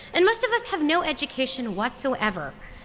and most of us have no education whatsoever.